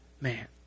man